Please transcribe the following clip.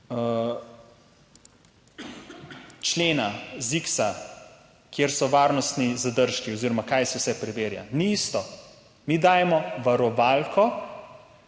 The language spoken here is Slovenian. člena ZIKS-a, kjer so varnostni zadržki oziroma kaj se vse preverja. Ni isto. Mi dajemo varovalko,